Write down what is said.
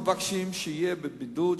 מבקשים שהוא יהיה בבידוד,